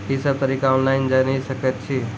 ई सब तरीका ऑनलाइन जानि सकैत छी?